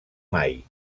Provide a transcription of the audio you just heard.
mai